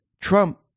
Trump